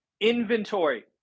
inventory